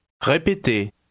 Répétez